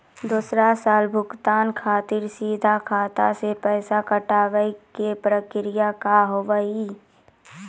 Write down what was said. दोसर साल भुगतान खातिर सीधा खाता से पैसा कटवाए के प्रक्रिया का हाव हई?